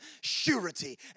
surety